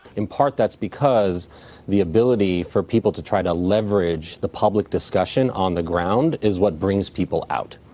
in part that's because the ability for people to try to leverage the public discussion on the ground is what brings people out.